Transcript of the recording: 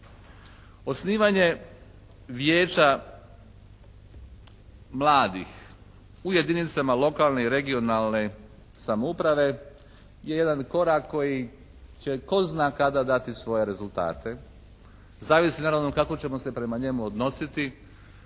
Osnivanje Vijeća mladih u jedinicama lokalne i regionalne samouprave je jedan korak koji će tko zna kada dati svoje rezultate, zavisi naravno kako ćemo se prema njemu odnositi,